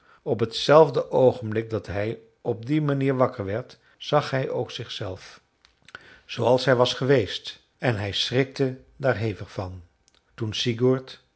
op t zelfde oogenblik dat hij op die manier wakker werd zag hij ook zichzelf zooals hij was geweest en hij schrikte daar hevig van toen sigurd